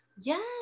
yes